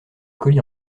colis